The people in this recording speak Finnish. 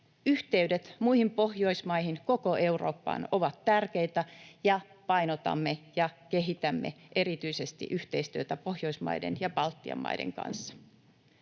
Yhteydet muihin Pohjoismaihin, koko Eurooppaan ovat tärkeitä, ja painotamme ja kehitämme erityisesti yhteistyötä Pohjoismaiden ja Baltian maiden kanssa.